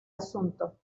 asunto